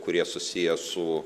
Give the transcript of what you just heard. kurie susiję su